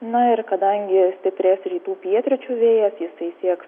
na ir kadangi stiprės rytų pietryčių vėjas jisai sieks